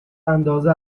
اندازه